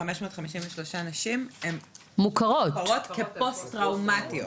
- 553 נשים הן מוכרות כפוסט טראומטיות.